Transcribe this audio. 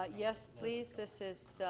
ah yes, please, this is